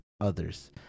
others